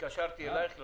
התקשרתי אלייך,